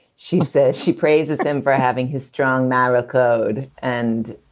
she says she praises him for having his strong moral code and